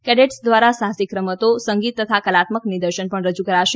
cadets દ્વારા સાહસિક રમતો સંગીત તથા કલાત્મક નિદર્શન પણ રજુ કરાશે